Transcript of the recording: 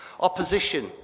Opposition